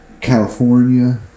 California